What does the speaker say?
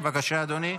בבקשה, אדוני.